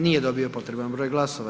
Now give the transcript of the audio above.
Nije dobio potreban broj glasova.